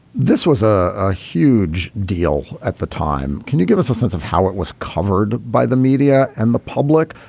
this was ah a huge deal at the time. can you give us a sense of how it was covered by the media and the public?